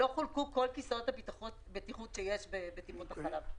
לא חולקו כל כיסאות הבטיחות שיש בטיפות החלב.